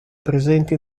presenti